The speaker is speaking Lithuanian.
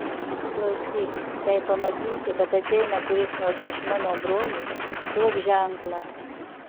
klausyk jei pamatysi kad ateina kuris nors iš mano brolių duok ženklą